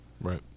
Right